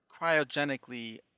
cryogenically